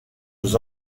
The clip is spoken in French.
aux